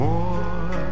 More